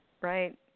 right